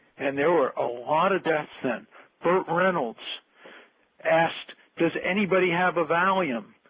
and there were a lot of deaths, and burt reynolds asks, does anybody have a valium?